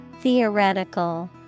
Theoretical